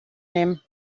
nehmen